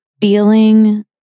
feeling